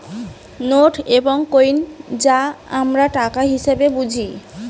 note এবং coin যা আমরা টাকা হিসেবে বুঝি